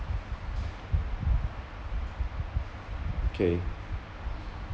okay